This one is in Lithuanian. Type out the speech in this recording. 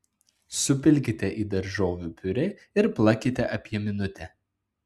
supilkite į daržovių piurė ir plakite apie minutę